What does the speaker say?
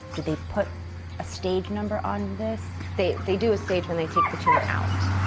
did they put a stage number on this? they they do a stage when they take the tumor out,